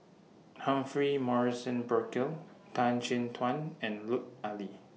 Humphrey Morrison Burkill Tan Chin Tuan and Lut Ali